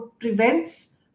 prevents